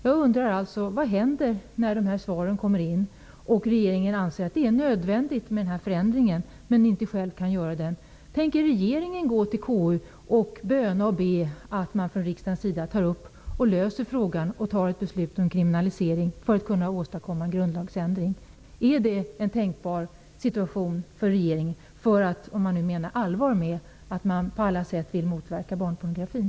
Jag undrar alltså vad som händer när dessa svar kommer in och regeringen anser att den här förändringen är nödvändig, men inte själv kan göra den. Tänker regeringen gå till KU och böna och be att riksdagen tar upp frågan och löser den genom att fatta ett beslut om kriminalisering för att på det viset åstadkomma en grundlagsändring? Är det en tänkbar situation för regeringen? Menar man allvar med att man på alla sätt vill motverka barnpornografin?